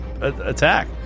attack